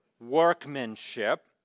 Workmanship